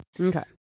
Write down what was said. Okay